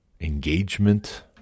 engagement